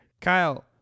Kyle